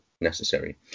necessary